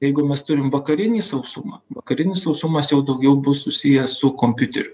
jeigu mes turim vakarinį sausumą vakarinis sausumas jau daugiau bus susiję su kompiuteriu